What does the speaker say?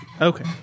Okay